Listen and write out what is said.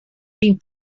been